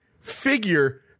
figure